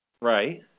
Right